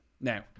Now